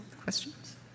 questions